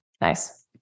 Nice